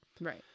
right